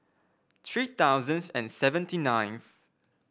three thousands and seventy ninth